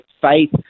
faith